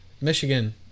Michigan